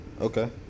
Okay